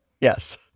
Yes